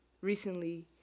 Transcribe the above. recently